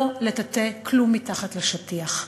לא לטאטא כלום מתחת לשטיח,